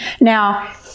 Now